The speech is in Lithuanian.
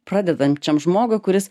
pradedančiam žmogui kuris